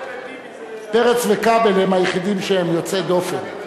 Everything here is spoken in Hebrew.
פרץ וכבל הם היחידים שהם יוצאי דופן.